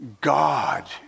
God